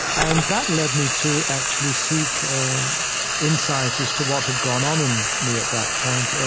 and that led me to actually seek insight as to what had gone on in me, at that point,